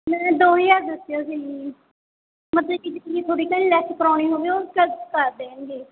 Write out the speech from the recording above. ਮੈਂ ਦੋ ਹਜ਼ਾਰ ਦੱਸਿਆ ਸੀ ਜੀ ਮਤਲਬ ਕਿ ਜੇ ਤੁਸੀਂ ਥੋੜ੍ਹੀ ਕੁ ਲੈਸ ਕਰਵਾਉਣੀ ਹੋਵੇ ਉਹ ਕ ਕਰ ਦੇਣਗੇ